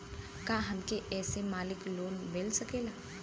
का हमके ऐसे मासिक लोन मिल सकेला?